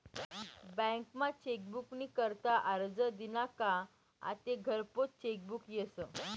बँकमा चेकबुक नी करता आरजं दिना का आते घरपोच चेकबुक यस